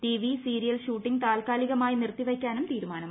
TV serial shooting താത്ക്കാലികമായി നിർത്തിവയ്ക്കാനും ത്രീരുമാനമായി